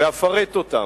ואפרט אותן: